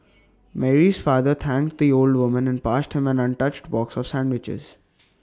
Mary's father thanked the old and passed him an untouched box of sandwiches